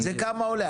כמה זה עולה?